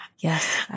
Yes